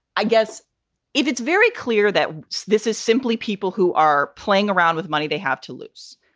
i guess if it's very clear that this is simply people who are playing around with money, they have to lose.